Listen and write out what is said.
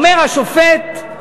אומר השופט: